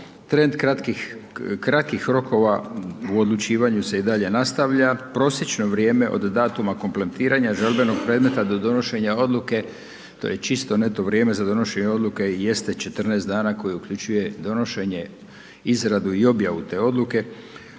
krakih rokova u odlučivanju se i dalje nastavlja, prosječno vrijeme od datuma kompletiranja žalbenog predmeta do donošenja odluke to je čisto neto vrijeme za donošenje vrijeme jeste 14 dana koje uključuje donošenje, izradu i objavu te odluke.